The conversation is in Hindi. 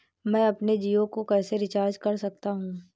मैं अपने जियो को कैसे रिचार्ज कर सकता हूँ?